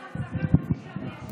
הוא אמר שהוא לוקח הפסקה חצי שעה וישן.